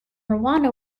rwanda